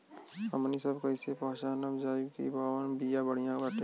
हमनी सभ कईसे पहचानब जाइब की कवन बिया बढ़ियां बाटे?